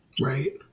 right